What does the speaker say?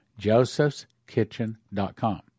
josephskitchen.com